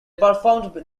performed